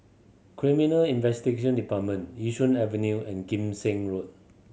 Criminal Investigation Department Yishun Avenue and Kim Seng Road